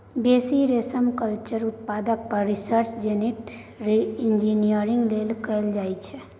बेसी रेशमकल्चर उत्पादन पर रिसर्च जेनेटिक इंजीनियरिंग लेल कएल जाइत छै